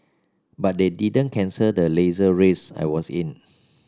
but they didn't cancel the Laser race I was in